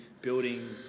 building